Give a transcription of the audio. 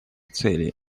цели